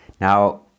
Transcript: Now